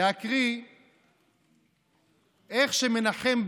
קצת קשובה של חברי וחברות